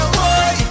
boy